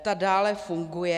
Ta dále funguje.